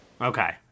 Okay